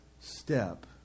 step